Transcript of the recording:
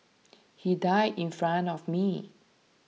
he died in front of me